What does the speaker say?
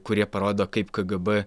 kurie parodo kaip kgb